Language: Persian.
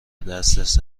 دسترس